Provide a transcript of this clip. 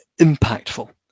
impactful